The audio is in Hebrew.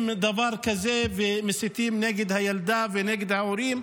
בדבר כזה ומסיתים נגד הילדה ונגד ההורים,